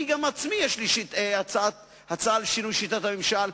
לי עצמי יש הצעה לשינוי שיטת הממשל,